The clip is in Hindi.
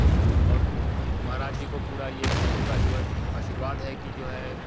और महराज जी को पूरा ये प्रभु का जो है आशीर्वाद है कि जो है